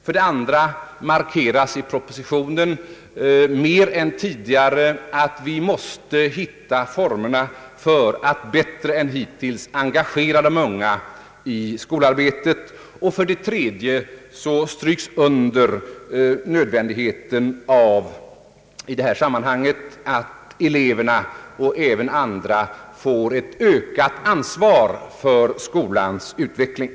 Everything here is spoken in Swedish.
För det andra markeras i propositionen mer än tidigare att vi måste hitta former för att bättre än hittills engagera de unga i skolarbetet. För det tredje understryks nödvändigheten av att eleverna, och även andra, får ett ökat ansvar för skolans utveckling.